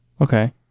Okay